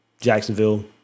Jacksonville